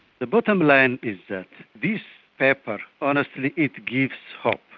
the bottom line is that this paper, honestly, it gives hope.